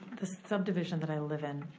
this subdivision that i live in,